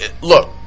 look